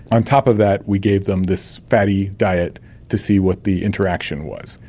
on top of that we gave them this fatty diet to see what the interaction was,